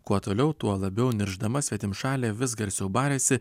kuo toliau tuo labiau niršdama svetimšalė vis garsiau barėsi